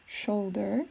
shoulder